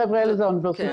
החבר'ה האלה זה אוניברסיטאות,